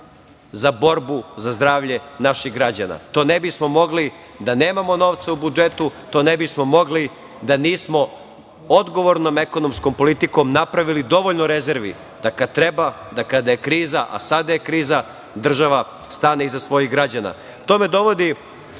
za borbu za zdravlje naših građana. To ne bismo mogli da nemamo novca u budžetu, to ne bismo mogli da nismo odgovornom ekonomskom politikom napravili dovoljno rezervi da kad treba, kada je kriza, a sada je kriza država stane iza svojih građana. To me dovodi